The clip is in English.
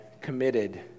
committed